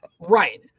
Right